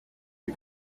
you